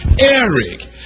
Eric